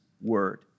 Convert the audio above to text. word